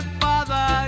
father